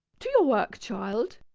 to your work, child,